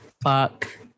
fuck